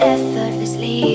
Effortlessly